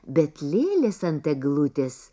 bet lėlės ant eglutės